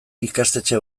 ikastetxe